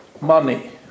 money